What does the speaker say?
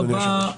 תודה רבה.